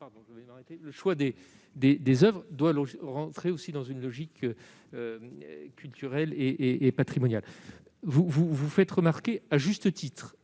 le choix des oeuvres doit obéir aussi à une logique culturelle et patrimoniale. Vous avez fait remarquer, à juste titre,